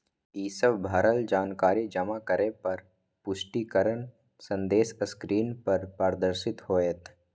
ई सब भरल जानकारी जमा करै पर पुष्टिकरण संदेश स्क्रीन पर प्रदर्शित होयत